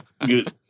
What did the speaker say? Good